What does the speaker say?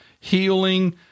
healing